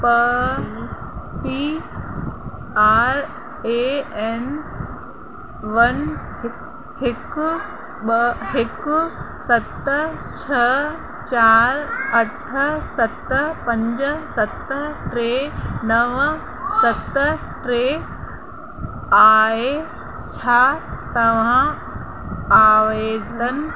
प P R A N one हिकु ॿ हिकु सत छह चारि अठ सत पंज सत टे नव सत टे आहे छा तव्हां आवेदन